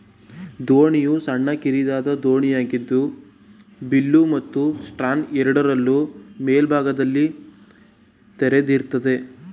ದೋಣಿಯು ಸಣ್ಣ ಕಿರಿದಾದ ದೋಣಿಯಾಗಿದ್ದು ಬಿಲ್ಲು ಮತ್ತು ಸ್ಟರ್ನ್ ಎರಡರಲ್ಲೂ ಮೇಲ್ಭಾಗದಲ್ಲಿ ತೆರೆದಿರ್ತದೆ